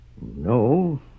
No